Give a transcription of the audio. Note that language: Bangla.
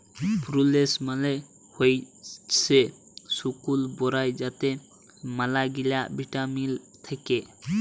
প্রুলেস মালে হইসে শুকল বরাই যাতে ম্যালাগিলা ভিটামিল থাক্যে